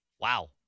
Wow